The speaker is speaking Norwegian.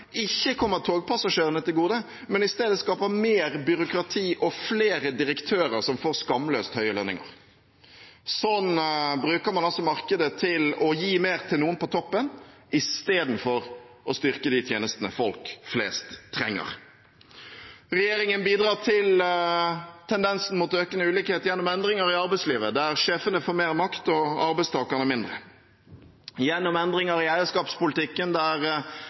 ikke kommer togpassasjerene til gode, men i stedet skaper mer byråkrati og flere direktører som får skamløst høye lønninger. Sånn bruker man altså markedet til å gi mer til noen på toppen i stedet for å styrke de tjenestene folk flest trenger. Regjeringen bidrar til tendensen med økende ulikhet gjennom endringer i arbeidslivet, der sjefene får mer makt og arbeidstakerne mindre – gjennom endringer i eierskapspolitikken, der